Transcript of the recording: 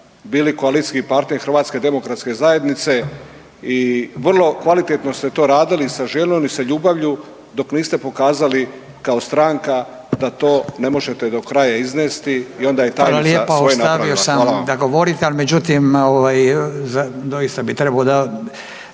bili koalicijski partner Hrvatske demokratske zajednice i vrlo kvalitetno ste to radili, … /Govornik se ne razumije./… ljubavlju dok niste pokazali kao stranka da ne možete do kraja iznesti i onda je tajnica svoje napravila. Hvala vam.